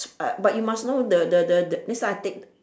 uh but you must know the the the the this type of thing